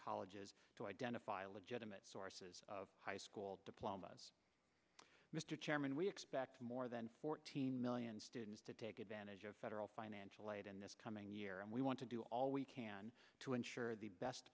colleges to identify a legitimate sources of high school diplomas mr chairman we expect more than fourteen million students to take advantage of federal financial aid in this coming year and we want to do all we can to ensure the best